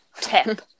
tip